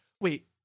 Wait